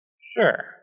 Sure